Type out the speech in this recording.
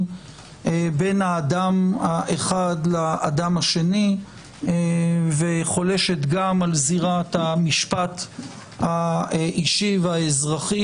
בין האדם האחד לאדם השני וחולשת גם על זירת המשפט האישי והאזרחי